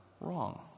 wrong